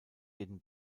jeden